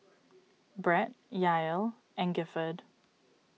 Brett Yael and Gifford